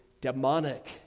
Demonic